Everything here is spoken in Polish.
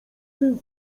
tym